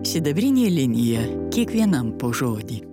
sidabrinė linija kiekvienam po žodį